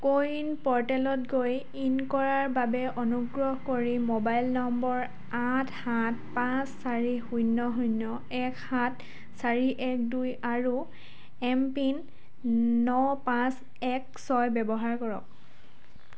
কো win প'ৰ্টেলত গৈ in কৰাৰ বাবে অনুগ্ৰহ কৰি মোবাইল নম্বৰ আঠ সাত পাঁচ চাৰি শূন্য শূন্য এক সাত চাৰি এক দুই আৰু এম পিন ন পাঁচ এক ছয় ব্যৱহাৰ কৰক